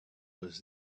was